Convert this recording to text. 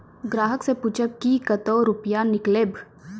ग्राहक से पूछब की कतो रुपिया किकलेब?